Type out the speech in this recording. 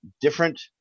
different